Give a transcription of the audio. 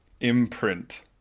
imprint